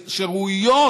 שראויות,